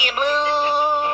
blue